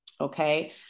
Okay